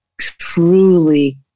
truly